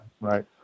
right